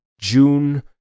June